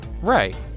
Right